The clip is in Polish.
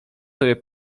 sobie